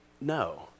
no